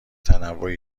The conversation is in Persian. تنوعی